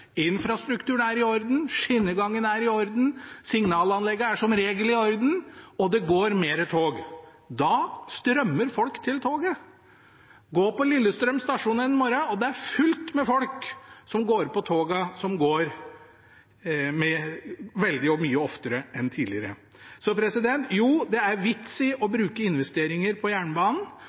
infrastrukturen er i orden, skinnegangen er i orden, signalanlegget er som regel i orden, og det går flere tog. Da strømmer folk til toget. Gå på Lillestrøm stasjon en morgen, og det er fullt av folk som går på togene, som går veldig mye oftere enn tidligere. Jo, det er vits i å investere i jernbanen,